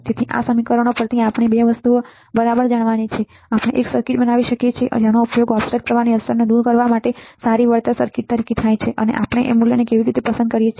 તેથી આ સમીકરણોમાંથી આપણે 2 વસ્તુઓ બરાબર જાણવાની છે કે આપણે એક સર્કિટ બનાવી શકીએ છીએ જેનો ઉપયોગ ઓફસેટ પ્રવાહની અસરને દૂર કરવા માટે સારી વળતર સર્કિટ તરીકે કરી શકાય છે અને આપણે મૂલ્ય કેવી રીતે પસંદ કરી શકીએ છીએ